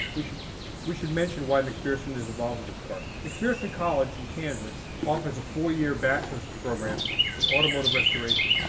we should we should mention why mcpherson is involved with this car. mcpherson college in kansas offers a four-year bachelor's program in automotive restoration.